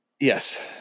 Yes